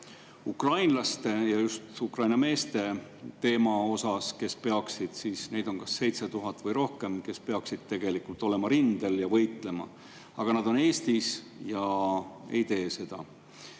ukrainlaste, just Ukraina meeste teemat, kes peaksid – neid on 7000 või rohkem – tegelikult olema rindel ja võitlema. Aga nad on Eestis ja ei tee seda.